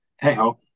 Hey-ho